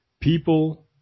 people